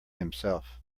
himself